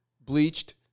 bleached